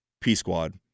P-Squad